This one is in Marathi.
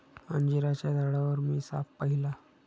अंजिराच्या झाडावर मी साप पाहिला